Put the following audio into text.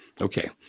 Okay